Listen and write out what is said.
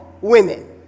women